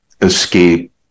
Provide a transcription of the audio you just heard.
escape